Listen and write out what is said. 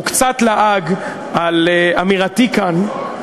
הוא קצת לעג על אמירתי כאן,